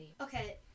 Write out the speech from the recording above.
Okay